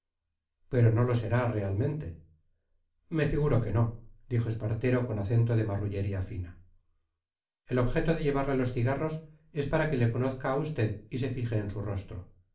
pero no lo será realmente me figuro que no dijo espartero con acento de marrullería fina el objeto de llevarle los cigarros es para que le conozca a usted y se fije en su rostro